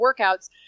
workouts